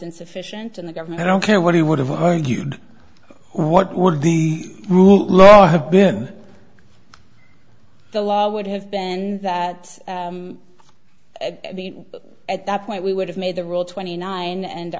insufficient and the government i don't care what he would have argued what would the rule of law have been the law would have been that at that point we would have made the rule twenty nine and